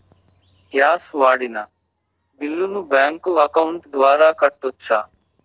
Gas వాడిన బిల్లును నా బ్యాంకు అకౌంట్ ద్వారా కట్టొచ్చా?